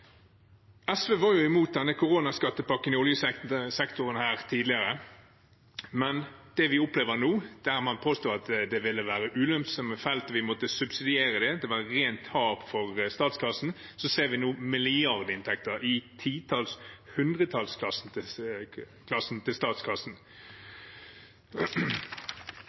tidligere, men det vi opplever nå – der man påsto at det ville være ulønnsomme felt, vi måtte subsidiere dem, det var rent tap for statskassen – er at vi ser milliardinntekter i titalls- og hundretallsklassen til